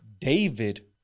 David